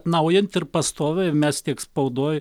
naujint ir pastoviai mes tik spaudoj